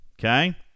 Okay